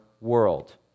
world